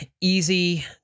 easy